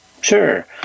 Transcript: Sure